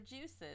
juices